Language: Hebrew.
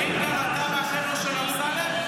האם גם אתה מהחבר'ה של אסמלם?